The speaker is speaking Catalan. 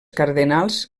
cardenals